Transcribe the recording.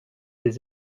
des